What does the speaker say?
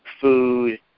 food